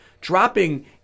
dropping –